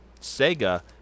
Sega